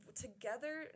together